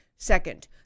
Second